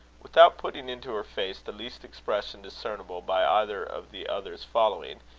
without putting into her face the least expression discernible by either of the others following,